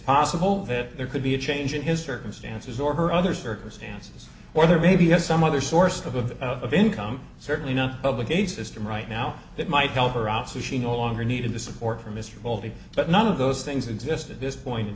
possible that there could be a change in his circumstances or her other circumstances or there may be some other source of of of income certainly not public a system right now that might help her out so she no longer needed the support from mr povey but none of those things exist at this point in